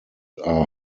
are